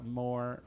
more